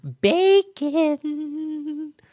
Bacon